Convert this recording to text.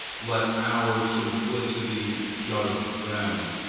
let our simplicity judge them,